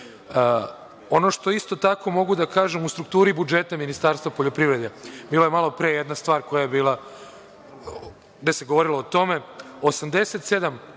što isto tako mogu da kažem u strukturi budžeta Ministarstva poljoprivrede, bila je malopre jedna stvar gde se govorio o tome, 87%